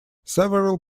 several